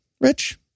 Rich